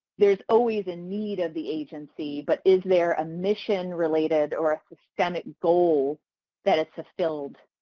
there's always a need of the agency but is there a mission related or a systemic goal that is fulfilled